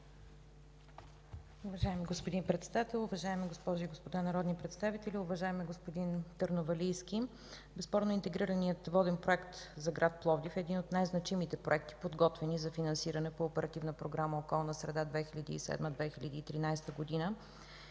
Уважаеми господин Председател, уважаеми госпожи и господа народни представители! Уважаеми господин Търновалийски, безспорно интегрираният воден проект за град Пловдив е един от най-значимите проекти, подготвяни за финансиране по Оперативна програма „Околна среда” 2007 – 2013 г.